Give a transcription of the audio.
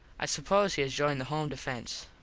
i suppose he has joined the home defence.